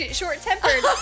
short-tempered